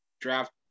draft